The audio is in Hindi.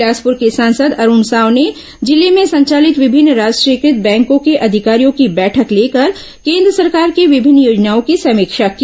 बिलासपुर के सांसद अरूण साव ने जिले में संचालित विभिन्न राष्ट्रीयकृत बैंकों के अधिकारियों की बैठक लेकर केन्द्र सरकार की विभिन्न योजनाओं की समीक्षा की